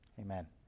Amen